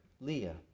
Leah